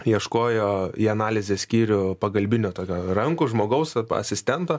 ieškojo į analizės skyrių pagalbinio tokio rankų žmogaus asistento